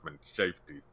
safety